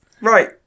Right